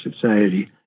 Society